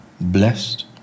blessed